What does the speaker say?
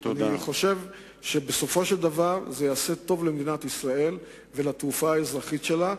אני חושב שבסופו של דבר זה יעשה טוב למדינת ישראל ולתעופה האזרחית שלה.